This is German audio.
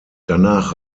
danach